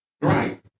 Right